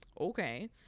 Okay